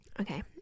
okay